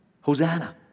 Hosanna